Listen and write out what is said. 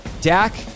Dak